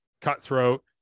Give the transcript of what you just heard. cutthroat